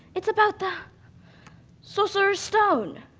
it's about the sorcerer's stone.